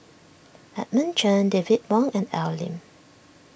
Edmund Chen David Wong and Al Lim